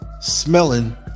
smelling